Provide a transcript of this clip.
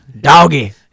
Doggy